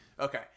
Okay